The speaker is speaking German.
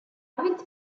damit